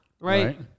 Right